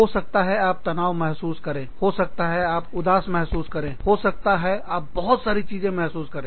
हो सकता है आप तनाव महसूस करें हो सकता है आप उदास महसूस करें हो सकता है आप बहुत सारी चीजें महसूस करें